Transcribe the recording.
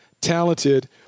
talented